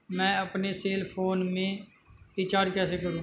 मैं अपने cell phone में रिचार्ज कैसे करूँ?